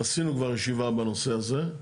עשינו כבר ישיבה בנושא הזה.